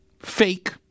fake